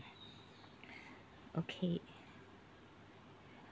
okay